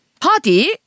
Party